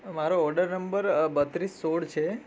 મારો order number બત્રીસ સોળ છે